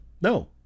No